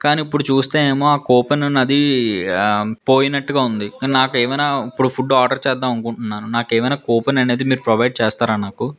కానీ ఇప్పుడు చూస్తేనేమో ఆ కూపన్ నాది పోయినట్టుగా ఉంది కానీ నాకు ఏమైనా ఫుడ్ ఆర్డర్ చేద్దామనుకుంటున్నాను నాకు ఏమైనా కూపన్ అనేది మీరు ప్రొవైడ్ చేస్తారా నాకు